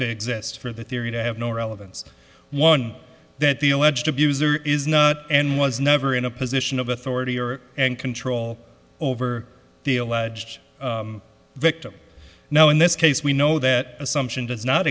to exist for the theory to have no relevance one that the alleged abuser is not and was never in a position of authority or and control over the alleged victim now in this case we know that assumption does not